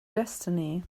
destiny